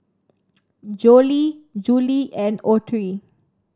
Jolie Julie and Autry